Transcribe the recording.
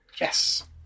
yes